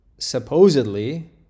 Supposedly